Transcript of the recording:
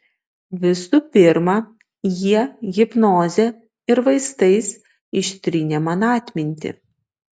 visų pirma jie hipnoze ir vaistais ištrynė man atmintį